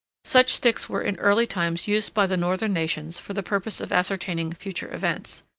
such sticks were in early times used by the northern nations for the purpose of ascertaining future events.